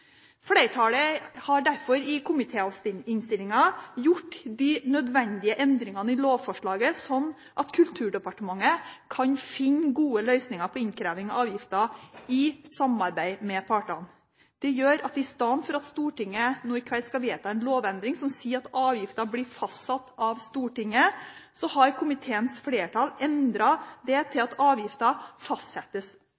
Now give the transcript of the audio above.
Flertallet har derfor i komitéinnstillingen gjort de nødvendige endringene i lovforslaget, slik at Kulturdepartementet kan finne gode løsninger for innkreving av avgiftene i samarbeid med partene. Det gjør at i stedet for at Stortinget nå i kveld skal vedta en lovendring som sier at avgiften blir fastsatt av Stortinget, har komiteens flertall endret det til